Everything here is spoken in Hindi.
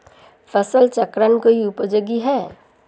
फसल चक्रण क्यों उपयोगी है?